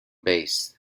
bass